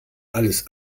alles